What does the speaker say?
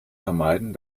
vermeiden